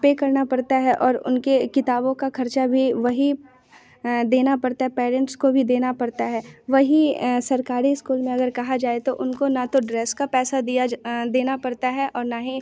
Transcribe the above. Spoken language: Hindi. पर करना पड़ता है और उनकी किताबों का ख़र्च भी वही देना पड़ता पैरेंट्स को भी देना पड़ता है वही सरकारी इस्कूल में अगर कहा जाए तो उनको ना तो ड्रेस का पैसा दिया जा देना पड़ता है और ना ही